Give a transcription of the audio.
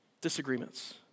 disagreements